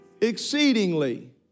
Exceedingly